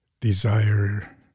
desire